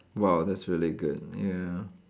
!wow! that's really good ya